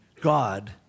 God